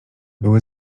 były